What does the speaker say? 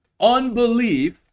Unbelief